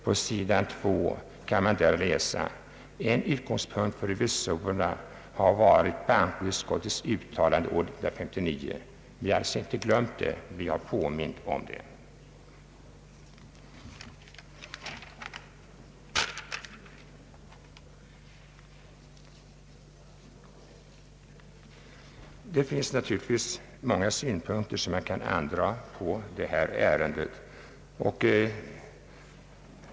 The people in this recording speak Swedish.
På s. 2 i utlåtandet kan följande läsas: »En utgångspunkt för revisorerna har varit bankoutskottets uttalande år 1959 ———.» Vi har alltså inte glömt detta uttalande, utan vi har påmint om det. Det finns naturligtvis många synpunkter som kan anföras i detta ärende.